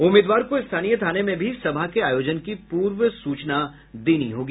उम्मीदवार को स्थानीय थाने में भी सभा के आयोजन की पूर्व सूचनाएं देनी होंगी